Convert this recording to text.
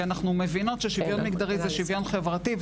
כי אנחנו מבינות ששוויון מגדרי זה שוויון חברתי,